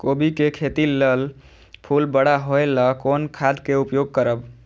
कोबी के खेती लेल फुल बड़ा होय ल कोन खाद के उपयोग करब?